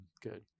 Good